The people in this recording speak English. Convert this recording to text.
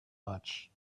much